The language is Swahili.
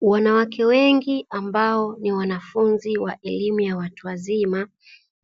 Wanawake wengi ambao ni wanafunzi wa elimu ya watu wazima